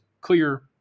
clear